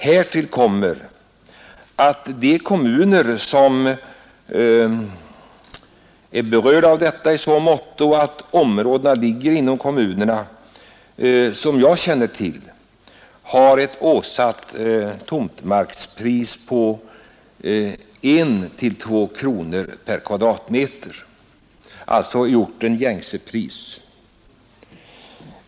Härtill kommer att de kommuner, som är berörda av detta i så måtto att områdena ligger inom kommunerna, såvitt jag känner till har ett i orten gängse åsatt tomtmarkspris på 1—2 kronor per kvadratmeter.